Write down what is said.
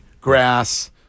grass